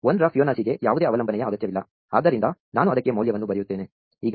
1 ರ ಫಿಬೊನಾಸಿಗೆ ಯಾವುದೇ ಅವಲಂಬನೆಯ ಅಗತ್ಯವಿಲ್ಲ ಆದ್ದರಿಂದ ನಾನು ಅದಕ್ಕೆ ಮೌಲ್ಯವನ್ನು ಬರೆಯುತ್ತೇನೆ